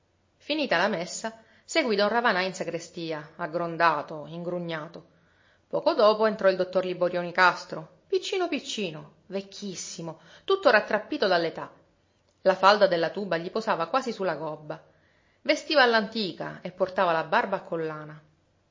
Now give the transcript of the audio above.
finita la messa seguí don ravanà in sagrestia aggrondato ingrugnato poco dopo entrò il dottor liborio nicastro piccino piccino vecchissimo tutto rattrappito dall'età la falda della tuba gli posava quasi su la gobba vestiva all'antica e portava la barba a collana